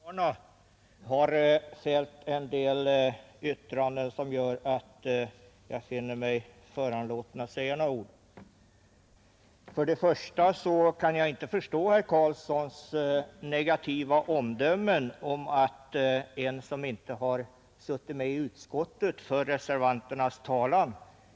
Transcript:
Herr talman! Jag hade inte tänkt att delta i denna debatt, men herr Karlsson i Huskvarna har fällt en del yttranden som gör att jag känner mig föranlåten att säga några ord. Först och främst kan jag inte förstå herr Karlssons negativa omdömen om att en ledamot som inte har suttit med i utskottet för reservanternas talan.